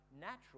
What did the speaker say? natural